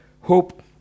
Hope